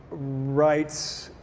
writes